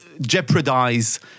jeopardize